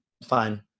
Fine